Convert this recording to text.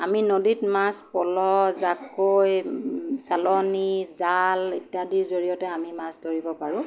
আমি নদীত মাছ পল' জাকৈ চালনি জাল ইত্যাদিৰ জৰিয়তে আমি মাছ ধৰিব পাৰোঁ